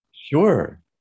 Sure